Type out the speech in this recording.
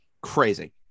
Crazy